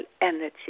energy